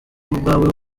ubwawe